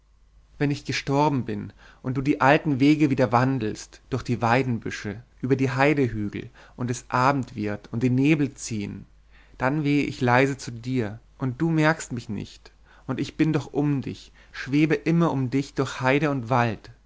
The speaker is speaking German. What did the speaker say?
wenn ich gestorben bin und du die alten wege wieder wandelst durch die weidenbüsche über die heidehügel und es abend wird und die nebel ziehn dann wehe ich leise zu dir und du merkst mich nicht und ich bin doch um dich schwebe immer um dich durch heide und wald